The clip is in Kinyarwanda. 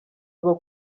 rwo